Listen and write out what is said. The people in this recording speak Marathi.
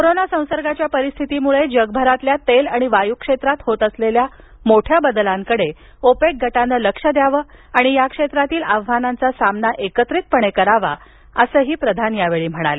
कोरोना संसर्गाच्या परिस्थितीमुळे जगभरातील तेल आणि वायू क्षेत्रात होत असलेल्या मोठ्या बदलांकडं ओपेक गटानं लक्ष द्यावं आणि या क्षेत्रातील आव्हानांचा सामना एकत्रितपणे करावा अशी विनंती प्रधान यांनी यावेळी केली